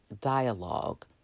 dialogue